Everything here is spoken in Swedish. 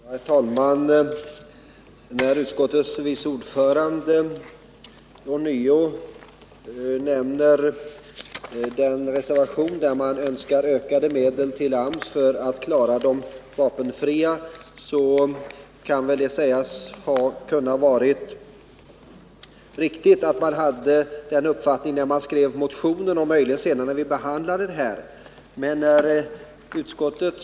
Herr talman! När utskottets vice ordförande ånyo pläderar för den reservation där man föreslår ytterligare medel till AMS för att AMS skall kunna klara de vapenfrias sysselsättning vill jag säga att motionärernas uppfattning kunde vara riktig vid den tidpunkt då de skrev motionen och möjligen också senare då vi behandlade frågan i utskottet.